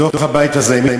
הבית הזה.